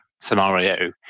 scenario